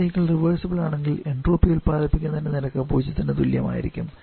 ഈ cycle reversible ആണെങ്കിൽ entropy ഉൽപ്പാദിപ്പിക്കുന്നതിൻറെ നിരക്ക് 0 ന് തുല്യമായിരിക്കും